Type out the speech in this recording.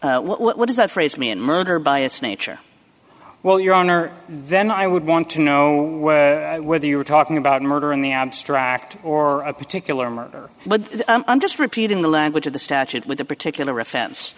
somebody what does that phrase me and murder by its nature well your honor then i would want to know whether you were talking about murder in the abstract or a particular murder but i'm just repeating the language of the statute with the particular offense